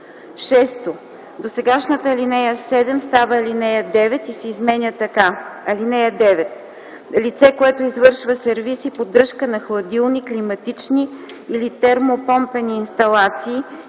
6. Досегашната ал. 7 става ал. 9 и се изменя така: „(9) Лице, което извършва сервиз и поддръжка на хладилни, климатични или термопомпени инсталации,